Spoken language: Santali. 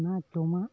ᱚᱱᱟ ᱡᱚᱢᱟᱜ